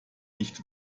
nicht